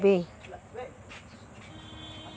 गहूँ के फसल लगाए हस त गहूँच के फसल ल लूबे